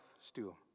stew